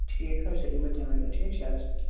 ٹھیٖک حظ چھِ تیٚلہِ یِمہٕ بہٕ تَمی دۄہ ٹھیٖک چھِ حظ